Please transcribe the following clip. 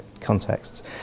contexts